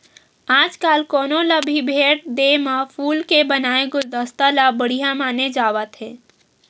आजकाल कोनो ल भी भेट देय म फूल के बनाए गुलदस्ता ल बड़िहा माने जावत हे